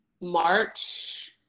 March